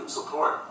support